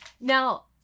Now